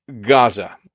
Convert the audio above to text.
Gaza